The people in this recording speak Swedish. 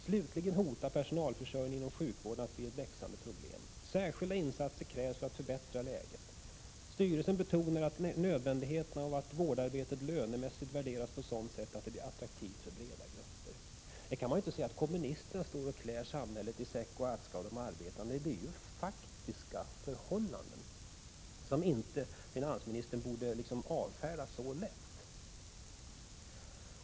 Slutligen hotar personalförsörjningen inom sjukvården att bli ett växande problem. Särskilda insatser krävs för att förbättra läget. Styrelsen betonar nödvändigheten av att vårdarbetet lönemässigt värderas på sådant sätt att det blir attraktivt för breda grupper. Man kan inte säga att kommunisterna klär arbetarna i säck och aska, för det är fråga om faktiska förhållanden som finansministern inte borde avfärda så lätt.